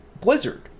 Blizzard